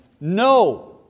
No